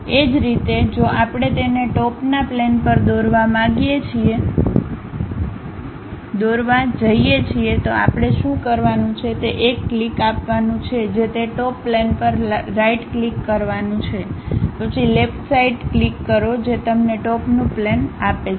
એ જ રીતે જો આપણે તેને ટોપનાં પ્લેન પર દોરવા જઈએ છીએ તો આપણે શું કરવાનું છે તે એક ક્લિક આપવાનું છે જે તે ટોપ પ્લેન પર રાઈટ ક્લિક કરવાનું છે પછી લેફ્ટ સાઈડ ક્લિક કરો જે તમને ટોપનું પ્લેન આપે છે